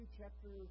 chapter